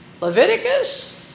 Leviticus